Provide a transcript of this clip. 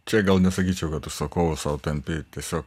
čia gal nesakyčiau kad užsakovu sau tampi tiesiog